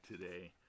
today